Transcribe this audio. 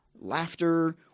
laughter